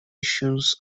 issues